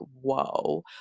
whoa